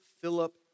Philip